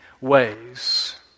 ways